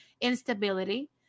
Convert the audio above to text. instability